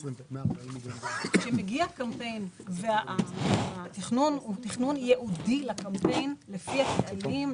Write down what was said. כשמגיע קמפיין והתכנון הוא ייעודי לקמפיין לפי הקהלים,